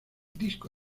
disco